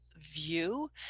view